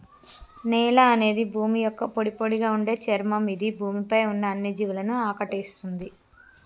నేల అనేది భూమి యొక్క పొడిపొడిగా ఉండే చర్మం ఇది భూమి పై ఉన్న అన్ని జీవులను ఆకటేస్తుంది